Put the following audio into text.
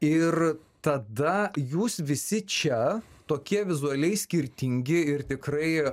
ir tada jūs visi čia tokie vizualiai skirtingi ir tikrai